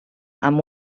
amb